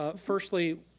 ah firstly,